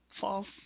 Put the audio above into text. false